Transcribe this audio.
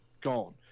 gone